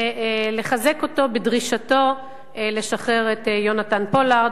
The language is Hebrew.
ולחזק אותו בדרישתו לשחרר את יהונתן פולארד.